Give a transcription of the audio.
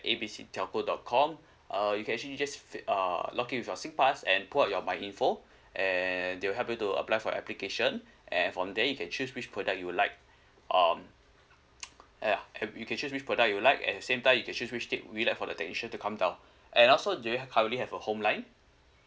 A B C telco dot com uh you can actually just fi~ uh log in with your Singpass and pull out your Myinfo and they will help you to apply for your application and from there you can choose which product you would like um ya and you can choose which product you like at the same time you can choose which date would you like for the technician to come down and also do you h~ currently have a home line